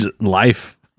life